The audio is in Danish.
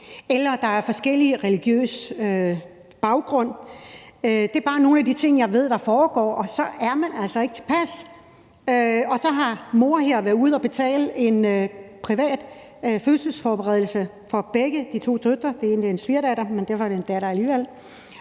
eller hvis der er forskellige religiøse baggrunde. Det er bare nogle af de ting, jeg ved foregår, og så er man altså ikke tilpas. Og så har mor her været ude at betale for privat fødselsforberedelse i vand for begge de to døtre – det ene er en svigerdatter, men derfor er det en datter alligevel